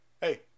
Hey